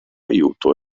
aiuto